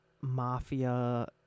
mafia